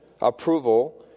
approval